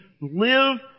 live